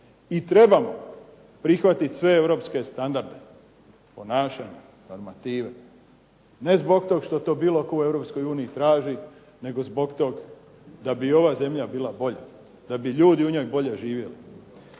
I trebamo prihvatiti sve europske standarde, ponašanja, normative. Ne zbog toga što to bilo tko u Europskoj uniji traži, nego zbog toga da bi ova zemlja bila bolja, da bi ljudi u njoj bolje živjeli.